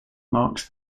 marks